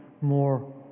more